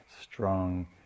strong